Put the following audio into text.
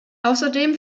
außerdem